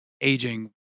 aging